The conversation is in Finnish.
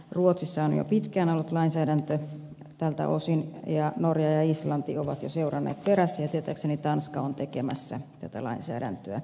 ruotsissa on jo pitkään ollut lainsäädäntö tältä osin ja norja ja islanti ovat jo seuranneet perässä ja tietääkseni tanska on tekemässä tätä lainsäädäntöä